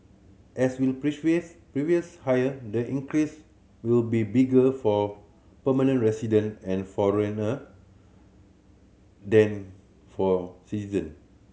as with previous hire the increase will be bigger for permanent resident and foreigner than for citizen